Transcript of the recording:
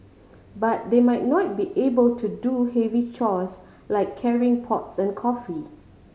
but they might not be able to do heavy chores like carrying pots and coffee